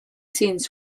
scenes